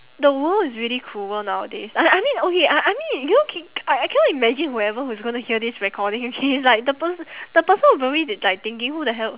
the world is really cruel nowadays I I mean okay I I mean you know I I cannot imagine whoever who's gonna hear this recording okay like the person the person will probably be like thinking who the hell